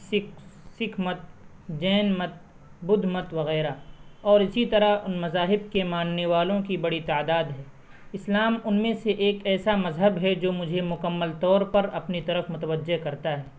سکھ مت جین مت بدھ مت وغیرہ اور اسی طرح ان مذاہب کے ماننے والوں کی بڑی تعداد ہے اسلام ان میں سے ایک ایسا مذہب ہے جو مجھے مکمل طور پر اپنی طرف متوجہ کرتا ہے